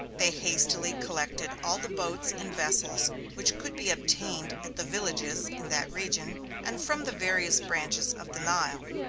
they hastily collected all the boats and vessels which could be obtained at the villages in that region and from the various branches of the nile.